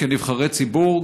כנבחרי ציבור,